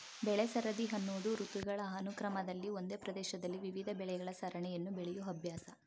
ಬೆಳೆಸರದಿ ಅನ್ನೋದು ಋತುಗಳ ಅನುಕ್ರಮದಲ್ಲಿ ಒಂದೇ ಪ್ರದೇಶದಲ್ಲಿ ವಿವಿಧ ಬೆಳೆಗಳ ಸರಣಿಯನ್ನು ಬೆಳೆಯೋ ಅಭ್ಯಾಸ